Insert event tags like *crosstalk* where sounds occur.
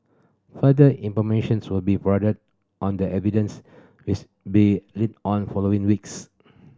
further information's will be provided on the evidence which be led on following weeks *noise*